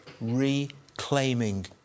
Reclaiming